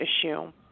issue